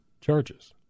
charges